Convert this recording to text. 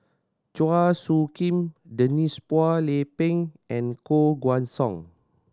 Chua Soo Khim Denise Phua Lay Peng and Koh Guan Song